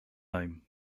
name